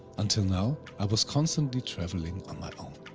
until now, i was constantly traveling on my own.